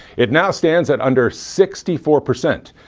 it now stands at under sixty four percent,